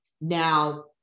Now